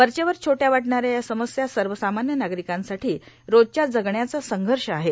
वरचेवर छोट्या वाटणा या या समस्या सवसामान्य नार्गारकांसाठां रोजच्या जगण्याचा संघष आहेत